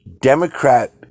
Democrat